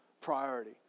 priority